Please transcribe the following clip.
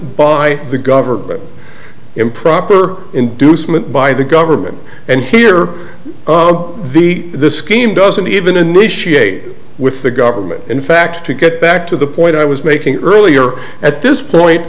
by the government improper inducement by the government and here the scheme doesn't even initiate with the government in fact to get back to the point i was making earlier at this point